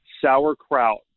sauerkraut